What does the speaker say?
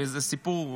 וזה סיפור,